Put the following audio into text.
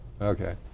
Okay